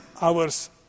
hours